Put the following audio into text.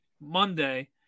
monday